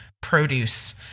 produce